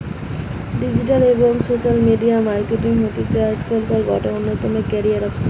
digital এবং social media marketing হতিছে আজকের গটে অন্যতম ক্যারিয়ার অপসন